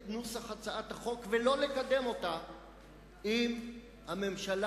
נוסח הצעת החוק ולא לקדם אותה אם הממשלה,